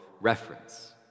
reference